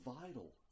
vital